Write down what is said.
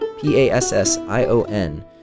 P-A-S-S-I-O-N